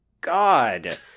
god